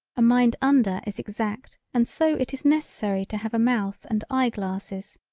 a mind under is exact and so it is necessary to have a mouth and eye glasses.